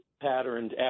patterned